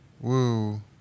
woo